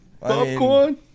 Popcorn